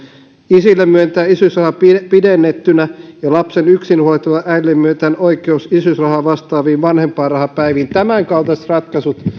isille myönnetään isyysraha pidennettynä ja lapsen yksinhuoltajaäidille myönnetään oikeus isyysrahaa vastaaviin vanhempainrahapäiviin tämänkaltaiset ratkaisut